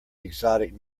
exotic